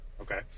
okay